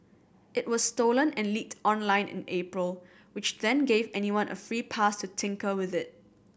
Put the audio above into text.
it was stolen and leaked online in April which then gave anyone a free pass to tinker with it